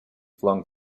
flung